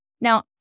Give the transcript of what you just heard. Now